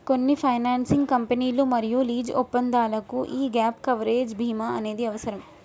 కొన్ని ఫైనాన్సింగ్ కంపెనీలు మరియు లీజు ఒప్పందాలకు యీ గ్యేప్ కవరేజ్ బీమా అనేది అవసరం